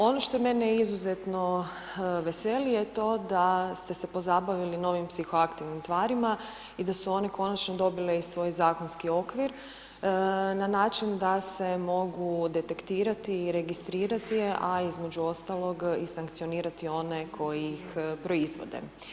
Ono što mene izuzetno veseli je to da ste se pozabavili novim psihoaktivnim tvarima i da su one konačno dobile i svoj zakonski okvir na način da se mogu detektirati i registrirati, a između ostalog i sankcionirati one koji ih proizvode.